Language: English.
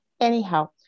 anyhow